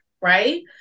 Right